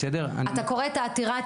אתה קורא את העתירה?